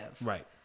Right